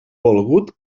volgut